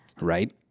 right